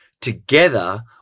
together